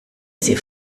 sie